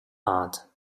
heart